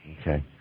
Okay